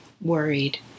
worried